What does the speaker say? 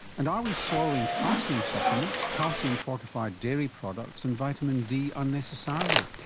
and are we swallowing calcium supplements, calcium fortified dairy products and vitamin d unnecessarily?